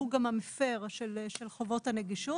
הוא גם המפר של חובות הנגישות.